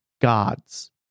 gods